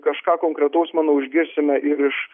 kažką konkretaus manau išgirsime ir iš